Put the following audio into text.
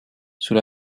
sous